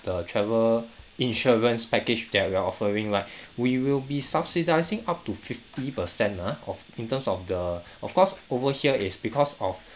the travel insurance package that we are offering right we will be subsidising up to fifty per cent ah of in terms of the of course over here it's because of